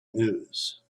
news